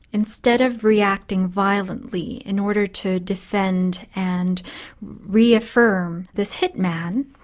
instead of reacting violently in order to defend and re-affirm this hit man,